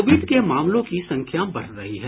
Covid के मामलों की संख्या बढ़ रही है